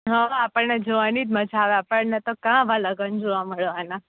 હોવ આપણને જોવાની જ મજા આવે આપણને તો ક્યાં આવાં લગન જોવા મળવાનાં